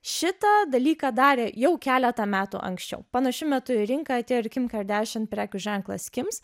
šitą dalyką darė jau keletą metų anksčiau panašiu metu į rinką atėjo ir kim kardašien prekių ženklas kims